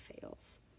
fails